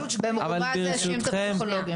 פרשנות שבמרומז האשימה את הפסיכולוגים.